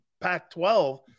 Pac-12